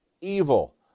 evil